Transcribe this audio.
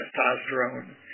testosterone